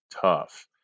tough